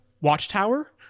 watchtower